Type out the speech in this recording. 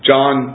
John